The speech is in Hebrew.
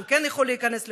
הוא כן יכול להיכנס לפה,